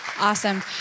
awesome